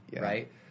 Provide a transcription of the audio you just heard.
right